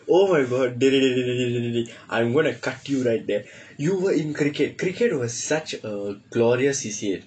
oh my god dey dey dey dey dey dey dey dey dey dey I am gonna cut you right there you were in cricket cricket was such a glorious C_C_A